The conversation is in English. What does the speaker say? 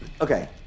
Okay